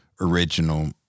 original